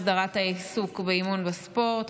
הסדרת העיסוק באימון בספורט),